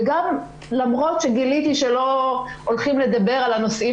למרות שגיליתי שלא הולכים לדבר על הנושאים